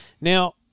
Now